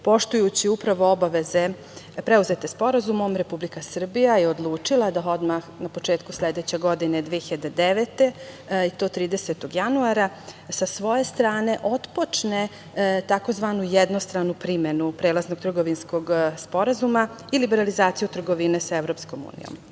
Poštujući upravo obaveze preuzete sporazumom Republika Srbija je odlučila da odmah na početku sledeće godine, 2009. godine i to 30. januara, sa svoje strane otpočne tzv. jednostranu primenu Prelaznog trgovinskog sporazuma i liberalizaciju trgovine sa EU.Posle